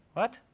what?